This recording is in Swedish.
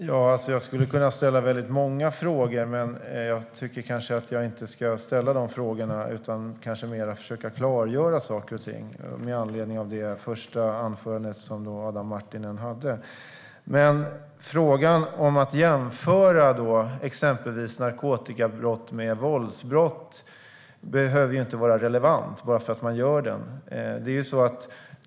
Herr talman! Jag skulle kunna ställa många frågor, men jag tycker inte att jag ska ställa dem utan kanske mer försöka klargöra saker och ting med anledning av Adam Marttinens första anförande. Att jämföra exempelvis narkotikabrott med våldsbrott behöver inte vara relevant bara för att man gör det.